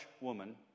woman